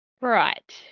Right